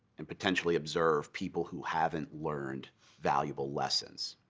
and potentially observe people who haven't learned valuable lessons?